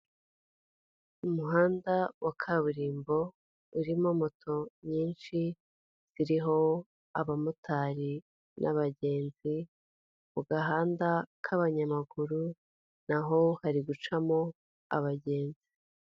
Umuhanda wa kaburimbo, urimo moto nyinshi ziriho abamotari n'abagenzi, ku gahanda k'abanyamaguru naho hari gucamo abagenzi.